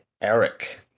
Eric